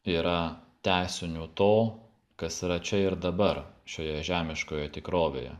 yra tęsiniu to kas yra čia ir dabar šioje žemiškoje tikrovėje